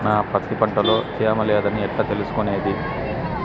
నా పత్తి పంట లో తేమ లేదని ఎట్లా తెలుసుకునేది?